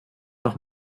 noch